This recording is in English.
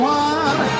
one